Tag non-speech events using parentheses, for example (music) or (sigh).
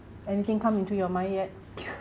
anything come into your mind yet (laughs)